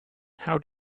how